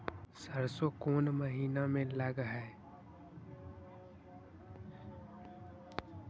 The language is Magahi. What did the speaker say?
सरसों कोन महिना में लग है?